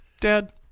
Dad